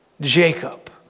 Jacob